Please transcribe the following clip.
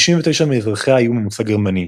99% מאזרחיה היו ממוצא גרמני,